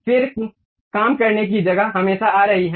फिर काम करने की जगह हमेशा आ रही है